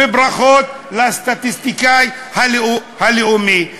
וברכות לסטטיסטיקאי הלאומי.